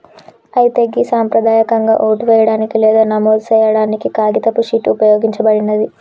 అయితే గి సంప్రదాయకంగా ఓటు వేయడానికి లేదా నమోదు సేయాడానికి కాగితపు షీట్ ఉపయోగించబడినాది